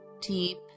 deep